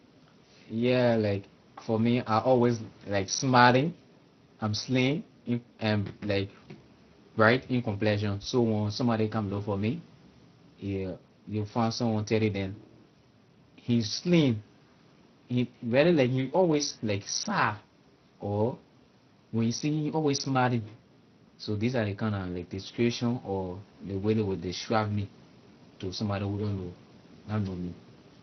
Yeah like for me I always like smiling I'm slim in- and like bright in complexion so when somebody come look for me yeah you will find someone telling them he's slim he really like always like sad or when you see him always smiling so these are the kinda like description or ley way ley will describe me to somebody who don't know na know me.